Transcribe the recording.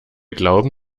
glauben